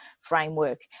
framework